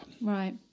Right